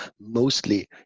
mostly